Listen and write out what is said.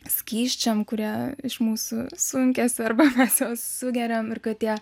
skysčiam kurie iš mūsų sunkiasi arba mes juos sugeriam ir kad tie